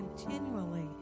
continually